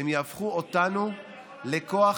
הן יהפכו אותנו לכוח